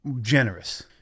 generous